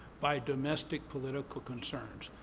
by domestic political concerns.